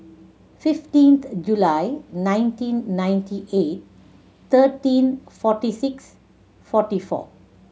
fifteenth July nineteen ninety eight thirteen forty six forty four